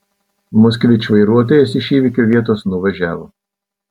moskvič vairuotojas iš įvykio vietos nuvažiavo